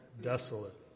desolate